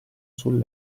sul